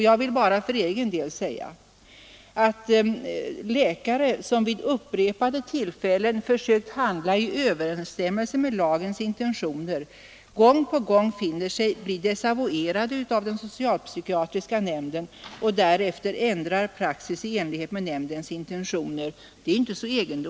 Jag vill för egen del säga att det kanske inte är egendomligt att läkare som vid upprepade tillfällen försökt handla i överensstämmelse med lagens intentioner gång på gång finner sig bli desavuerade av den socialpsykiatriska nämnden och därefter ändrar praxis i enlighet med nämndens intentioner.